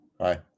hi